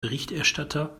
berichterstatter